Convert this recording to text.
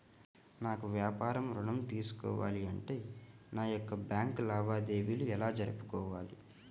నాకు వ్యాపారం ఋణం తీసుకోవాలి అంటే నా యొక్క బ్యాంకు లావాదేవీలు ఎలా జరుపుకోవాలి?